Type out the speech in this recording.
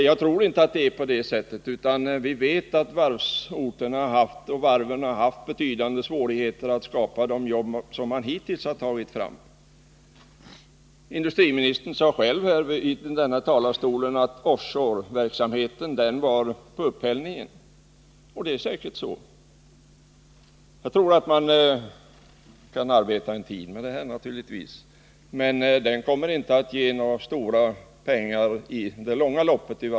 Jag tror nu inte att det är på det sättet, utan vi vet att varvsorterna har haft betydande svårigheter att skapa de jobb som hittills har tagits fram. Industriministern sade själv att offshore-verksamheten är på upphällningen, och det är säkert så. Jag tror att man kan arbeta en tid med sådan produktion, men den kommer inte att ge några stora pengar i det långa loppet.